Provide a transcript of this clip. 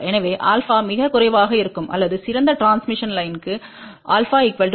எனவேα மிகக்குறைவாகஇருக்கும் அல்லதுசிறந்த டிரான்ஸ்மிஷன் லைன்க்கு α 0